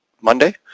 Monday